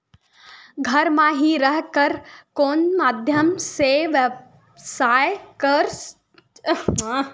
घर म हि रह कर कोन माध्यम से व्यवसाय करे जा सकत हे?